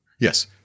Yes